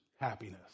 happiness